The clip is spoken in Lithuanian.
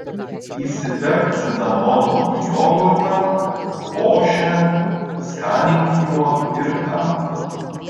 įsiberk cinamono į jogurtą košę skanink juo ir kavą